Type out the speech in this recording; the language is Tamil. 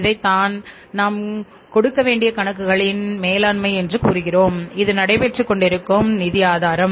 இதைத்தான் நாம் கொடுக்க வேண்டிய கணக்குகளின் மேலாண்மை என்று கூறுகிறோம் இது நடைபெற்றுக் கொண்டிருக்கும் நிதி ஆதாரம்